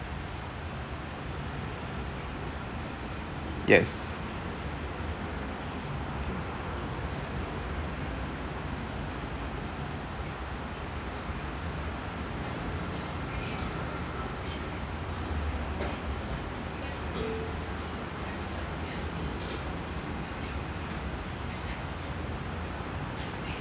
yes